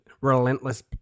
relentless